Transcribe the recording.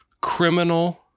criminal